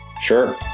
Sure